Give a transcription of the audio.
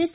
S